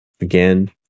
Again